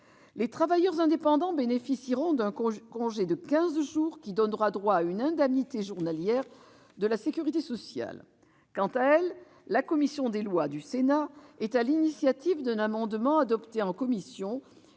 Les travailleurs indépendants bénéficieront d'un congé de quinze jours qui donnera droit à une indemnité journalière de la sécurité sociale. Quant à elle, la commission des lois du Sénat est à l'initiative d'un amendement, adopté en commission,